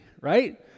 right